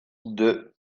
deux